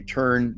turn